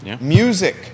Music